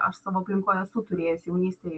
aš savo aplinkoj esu turėjus jaunystėj